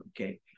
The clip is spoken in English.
okay